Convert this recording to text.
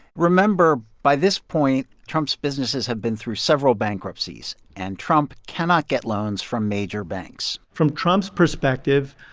remember, by this point, trump's businesses have been through several bankruptcies. and trump cannot get loans from major banks from trump's perspective,